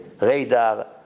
radar